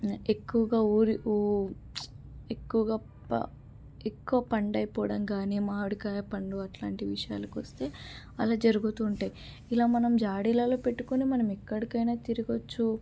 ఎక్కువగా ఊరి ఊ ఎక్కువగా ప ఎక్కువ పండు అయిపోవడం కానీ మామిడికాయ పండు అట్లాంటి విషయాలకి వస్తే అలా జరుగుతూ ఉంటాయి ఇలా మనం జాడీలలో పెట్టుకొని మనం ఎక్కడికైనా తిరగవచ్చు